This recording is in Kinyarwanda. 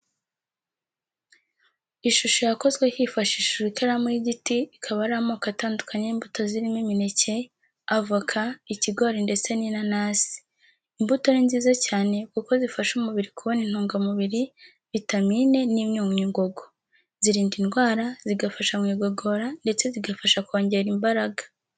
Ishusho yakozwe hifashishijwe ikaramu y'igiti ikaba ari amoko atandukanye y'imbuto zirimo imineke, avoka, ikigori ndetse n'inanasi. Imbuto ni nziza cyane kuko zifasha umubiri kubona intungamubiri, vitamine n'imyunyungugu. Zirinda indwara, zigafasha mu igogora ndetse zigafasha kongera imbaraga.